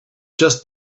just